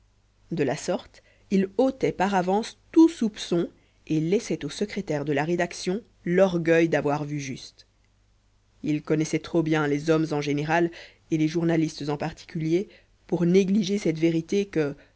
de la sorte il ôtait par avance tout soupçon et laissait au secrétaire de la rédaction l'orgueil d'avoir vu juste il connaissait trop bien les hommes en général et les journalistes en particulier pour négliger cette vérité que